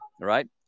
right